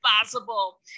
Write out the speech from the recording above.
possible